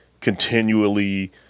continually